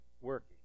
working